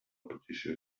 petició